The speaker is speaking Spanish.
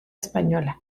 española